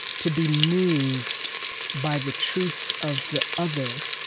to be moved by the truth of the other